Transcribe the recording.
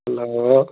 hello